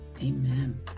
Amen